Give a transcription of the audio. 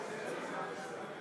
נתקבל.